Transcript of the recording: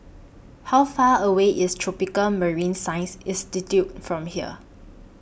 How Far away IS Tropical Marine Science Institute from here